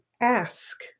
ask